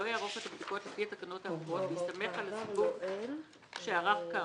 לא יערוך את הבדיקות לפי התקנות האמורות ויסתמך על הסיווג שערך כאמור,